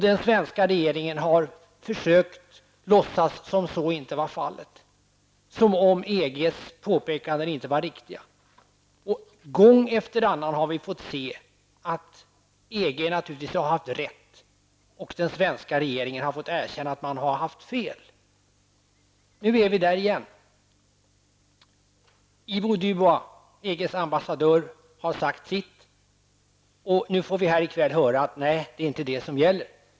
Den svenska regeringen har försökt låtsas som om så inte var fallet, som om EGs påpekanden inte var riktiga. Och gång efter annan har vi fått se att EG naturligtvis har haft rätt, och den svenska regeringen har fått erkänna att den har haft fel. Nu är vi där igen. Ivo Dubois, EGs ambassadör, har sagt sitt. Nu får vi här i kväll höra att det inte är det som gäller.